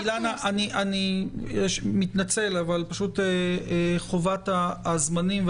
אילנה, אני מתנצל אבל פשוט חובת הזמנים.